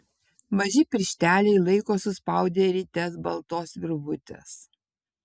maži piršteliai laiko suspaudę rites baltos virvutės